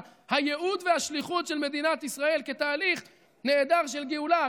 הייעוד והשליחות של מדינת ישראל כתהליך נהדר של גאולה,